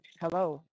hello